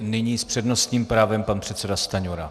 Nyní s přednostním právem pan předseda Stanjura.